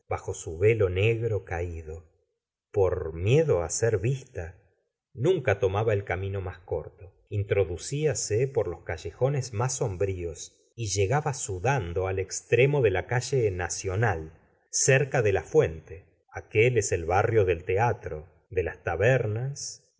bajo su velo negro caido por miedo á ser vista nunca tomaba el camino más corto introduciase por los callejones más sombríos y llegaba sudando al extremo de la calle nacional cerca de la fuente aquel es el barrio del teatro de las tabernas